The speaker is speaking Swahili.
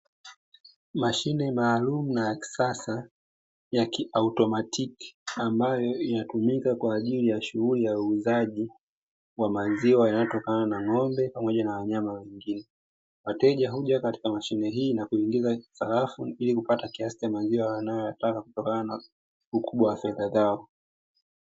Mashine maalumu na ya kisasa ya kiutomatiki ambayo inatumika kwaajili ya shughuli ya uuzaji wa maziwa yanayotokana na ng'ombe pamoja na wanyama wengine, wateja huja katika mashine hii na kuingiza sarafu ili kupata kiasi cha maziwa wanayohitaji kutokana na ukubwa wa fedha zao.